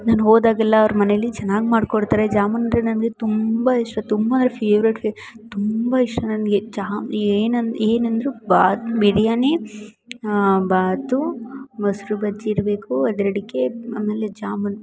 ನಾನು ಹೋದಾಗೆಲ್ಲ ಅವ್ರ ಮನೆಯಲ್ಲಿ ಚೆನ್ನಾಗಿ ಮಾಡಿಕೊಡ್ತಾರೆ ಜಾಮೂನ್ ಅಂದರೆ ನನಗೆ ತುಂಬ ಇಷ್ಟ ತುಂಬ ಫೆವ್ರೇಟ್ ವ್ಯ ತುಂಬ ಇಷ್ಟ ನನಗೆ ಜಾ ಏನಂದ್ರೆ ಏನಂದ್ರೆ ಬಾತ್ ಬಿರಿಯಾನಿ ಬಾತು ಮೊಸರು ಬಜ್ಜಿ ಇರಬೇಕು ಅದೆರಡಕ್ಕೆ ಆಮೇಲೆ ಜಾಮೂನ್